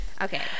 Okay